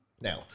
Now